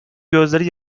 gözleri